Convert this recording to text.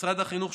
משרד החינוך,